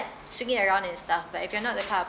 swing it around and stuff but if you're not the kind of